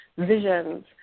visions